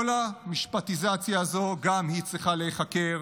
כל המשפטיזציה הזו גם היא צריכה להיחקר,